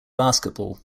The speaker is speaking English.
basketball